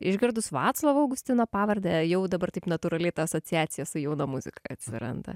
išgirdus vaclovo augustino pavardę jau dabar taip natūraliai ta asociacija su jauna muzika atsiranda